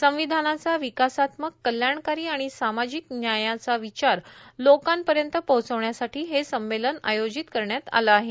संविधानाचा विकासात्मक कल्याणकारी आणि सामाजिक न्यायाचा विचार लोकांपर्यंत पोहचवण्यासाठी हे संमेलन आयोजित करण्यात आलं आहे